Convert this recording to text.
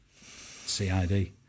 CID